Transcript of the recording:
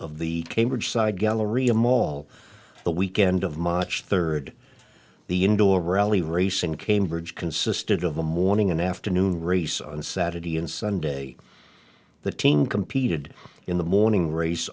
of the cambridge side galleria mall the weekend of macho third the indoor rally race in cambridge consisted of a morning and afternoon race on saturday and sunday the team competed in the morning race